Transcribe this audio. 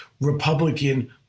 Republican